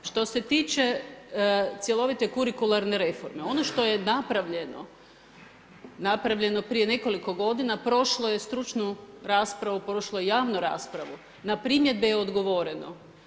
Što se tiče cjelovite kurikularne reforme, ono što je napravljeno, napravljeno prije nekoliko godina prošlo je stručnu raspravu, prošlo je javnu raspravu, na primjedbe je odgovoreno.